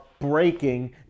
breaking